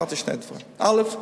אמרתי שני דברים: א.